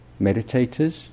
meditators